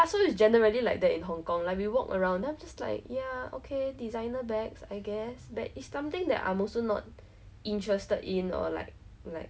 I don't like dim sum and then like err I really like going to thailand because of like the cheap like night markets even taiwan that kind of thing whether I buy something or not